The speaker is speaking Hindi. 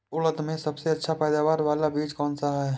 उड़द में सबसे अच्छा पैदावार वाला बीज कौन सा है?